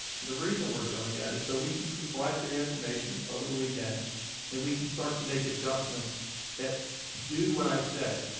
and the reason we're doing that is so we can collect any information over the weekend and we can start to make adjustments that do what i said,